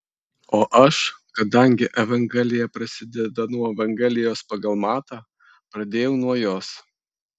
o aš kadangi evangelija prasideda nuo evangelijos pagal matą pradėjau nuo jos